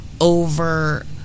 over